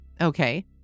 Okay